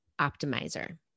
optimizer